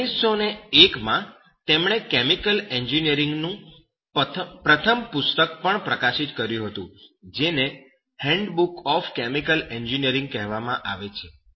1901 માં તેમણે કેમિકલ એન્જિનિયરિંગનું પ્રથમ પુસ્તક પણ પ્રકાશિત કર્યું હતું જેને હેન્ડબુક ઑફ કેમિકલ એન્જિનિયરિંગ કહેવામાં આવે છે